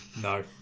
No